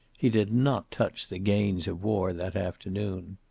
he did not touch the gains of war that afternoon.